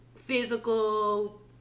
physical